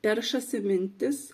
peršasi mintis